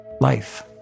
life